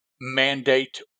mandate